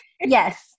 yes